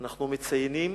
אנחנו מציינים